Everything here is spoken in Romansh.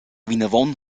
vinavon